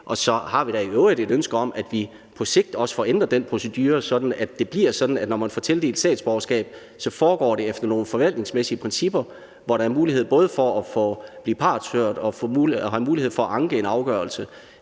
Og så har vi da i øvrigt et ønske om, at vi på sigt også får ændret den procedure, så det bliver sådan, at når man får tildelt statsborgerskab, foregår det efter nogle forvaltningsmæssige principper, hvor der både er mulighed for at blive partshørt og mulighed for at anke en afgørelse.